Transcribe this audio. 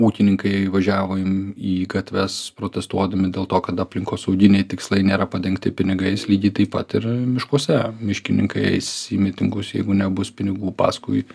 ūkininkai važiavo į į gatves protestuodami dėl to kad aplinkosauginiai tikslai nėra padengti pinigais lygiai taip pat ir miškuose miškininkai eis į mitingus jeigu nebus pinigų paskui